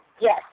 Yes